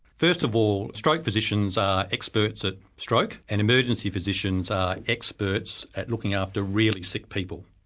first of all stroke physicians are experts at stroke and emergency physicians are experts at looking after really sick people.